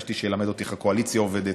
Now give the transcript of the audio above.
ביקשתי שילמד אותי איך הקואליציה עובדת,